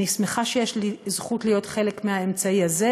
אני שמחה שיש לי זכות להיות חלק מהאמצעי הזה,